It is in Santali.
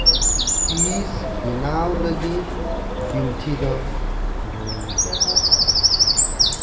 ᱯᱤᱥ ᱵᱮᱱᱟᱣ ᱞᱟᱹᱜᱤᱫ ᱵᱷᱤᱱᱴᱷᱤ ᱫᱚ ᱵᱚᱱ ᱵᱮᱵᱚᱦᱟᱨᱼᱟ